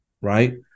right